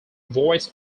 voice